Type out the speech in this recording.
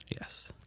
Yes